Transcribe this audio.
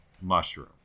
mushroom